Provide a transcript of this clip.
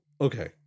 Okay